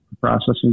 processing